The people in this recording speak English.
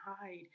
hide